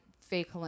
fake